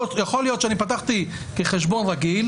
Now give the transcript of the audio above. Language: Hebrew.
אז יכול להיות שאני פתחתי כחשבון רגיל.